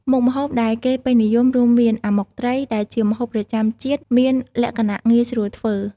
មុខម្ហូបដែលគេពេញនិយមរួមមាន អាម៉ុកត្រី ដែលជាម្ហូបប្រចាំជាតិមានលក្ខណៈងាយស្រួលធ្វើ។